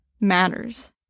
matters